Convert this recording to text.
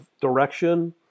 direction